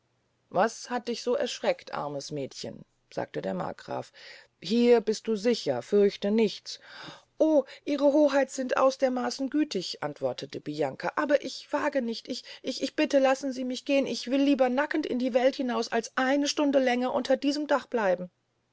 was hat dich so erschreckt armes mädchen sagte der markgraf hier bist du sicher fürchte nichts o ihre hoheit sind aus der maaßen gütig antwortete bianca aber ich wage nicht ich bitte lassen sie mich gehn ich will lieber nackend in die welt hinaus als eine stunde länger unter diesem dach bleiben